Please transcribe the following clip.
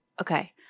Okay